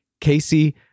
Casey